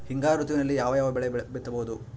ಹಿಂಗಾರು ಋತುವಿನಲ್ಲಿ ಯಾವ ಯಾವ ಬೆಳೆ ಬಿತ್ತಬಹುದು?